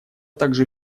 также